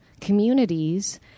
communities